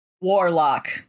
Warlock